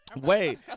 Wait